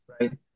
right